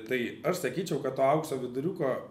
tai aš sakyčiau kad to aukso viduriuko